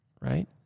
right